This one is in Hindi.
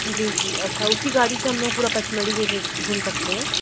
जी जी अच्छा उसी गाड़ी से हम लोग पूरा पचमढ़ी भी घुस घूम सकते हैं